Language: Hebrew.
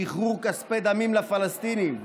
שחרור כספי דמים לפלסטינים,